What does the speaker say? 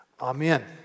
Amen